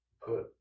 put